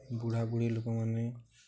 ବୁଢ଼ା ବୁଢ଼ୀ ଲୋକମାନେ